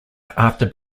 after